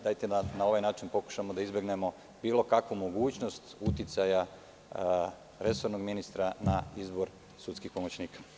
Dajte bar da na ovaj način pokušamo da izbegnemo bilo kakvu mogućnost uticaja resornog ministra na izbor sudskih pomoćnika.